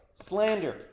slander